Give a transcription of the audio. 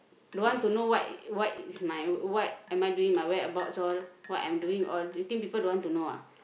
don't want to know what what is my what am I doing with my whereabouts all what I'm doing all you think people don't want to know ah